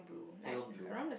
pale blue